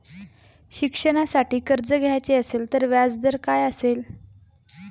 शिक्षणासाठी कर्ज घ्यायचे असेल तर व्याजदर काय असेल?